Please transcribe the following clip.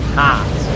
hot